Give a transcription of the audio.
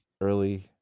Early